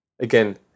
again